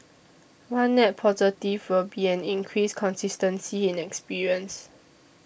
one net positive will be an increased consistency in experience